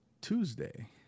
Tuesday